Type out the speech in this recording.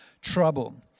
trouble